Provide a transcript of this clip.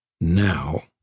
Now